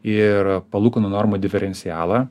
ir palūkanų normų diferencialą